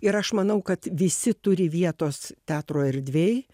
ir aš manau kad visi turi vietos teatro erdvėj